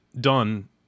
done